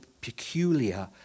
peculiar